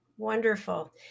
Wonderful